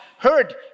heard